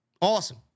Awesome